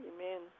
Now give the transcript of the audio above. Amen